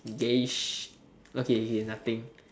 okay okay nothing